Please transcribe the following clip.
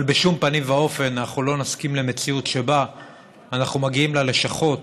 אבל בשום פנים ואופן לא נסכים למציאות שבה אנחנו מגיעים ללשכות